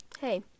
hey